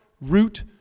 root